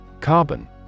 Carbon